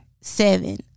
seven